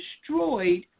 destroyed